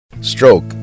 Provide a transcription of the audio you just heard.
Stroke